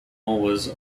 was